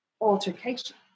altercation